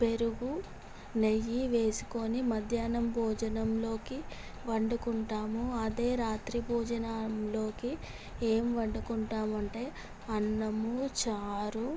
పెరుగు నెయ్యి వేసుకొని మధ్యాహ్నం భోజనములోకి వండుకుంటాము అదే రాత్రి భోజనములోకి ఏమి వండుకుంటాం అంటే అన్నము చారు